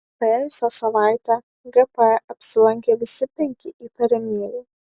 praėjusią savaitę gp apsilankė visi penki įtariamieji